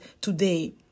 today